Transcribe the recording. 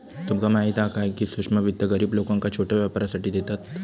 तुमका माहीत हा काय, की सूक्ष्म वित्त गरीब लोकांका छोट्या व्यापारासाठी देतत